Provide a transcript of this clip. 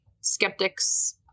skeptics